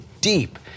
deep